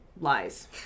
lies